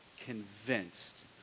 convinced